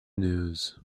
news